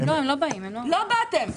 לא באתם.